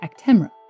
Actemra